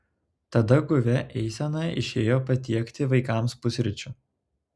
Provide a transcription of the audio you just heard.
tada guvia eisena išėjo patiekti vaikams pusryčių